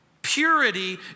Purity